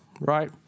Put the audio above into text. Right